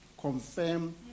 confirm